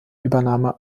übernahme